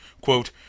Quote